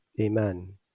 Amen